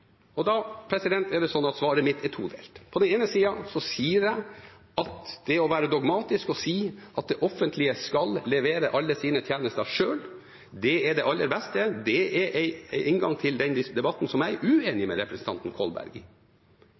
Og da er svaret mitt todelt. På den ene siden sier jeg at det å være dogmatisk og si at det offentlige skal levere alle sine tjenester selv, at det er det aller beste, er en inngang til den debatten som jeg er uenig med representanten Kolberg i.